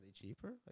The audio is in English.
cheaper